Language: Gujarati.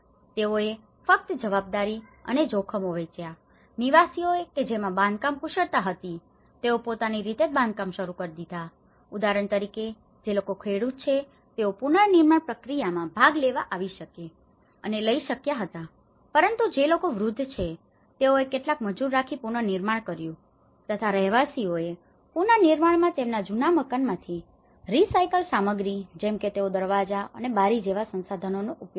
તેઓએ ફક્ત જવાબદારી અને જોખમો વહેંચ્યા નિવાસીઓ કે જેમાં બાંધકામ કુશળતા હતી તેઓએ પોતાની રીતે જ બાંધકામ શરૂ કરી દીધા હતા ઉદાહરણ તરીકે જે લોકો ખેડૂત છે તેઓ પુનર્નિર્માણ પ્રક્રિયામાં ભાગ લેવા આવી શકે છે અને લઈ શક્યા હતા પરંતુ જે લોકો વૃદ્ધ છે તેઓએ કેટલાક મજૂર રાખી પુનનિર્માણ કર્યું તથા રહેવાસીઓએ પુનનિર્માણમાં તેમના જૂના મકાનોમાંથી રિસાયકલ સામગ્રી જેમ કે તેઓ દરવાજા અને બારીઓ doors windows જેવા સંશાધનોનો ઉપયોગ કર્યો